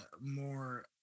more